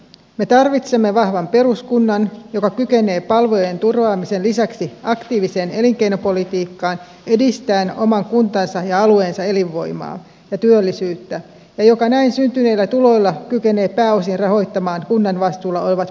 me tarvitsemme vahvan peruskunnan joka kykenee palvelujen turvaamisen lisäksi aktiiviseen elinkeinopolitiikkaan edistäen oman kuntansa ja alueensa elinvoimaa ja työllisyyttä ja joka näin syntyneillä tuloilla kykenee pääosin rahoittamaan kunnan vastuulla olevat peruspalvelut